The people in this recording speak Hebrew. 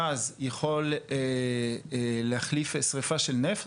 גז יכול להחליף שריפה של נפט,